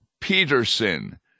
Peterson